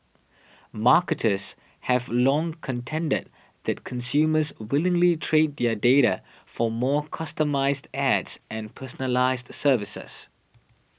marketers have long contended that consumers willingly trade their data for more customised ads and personalised services